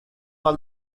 all